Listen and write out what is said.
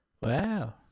Wow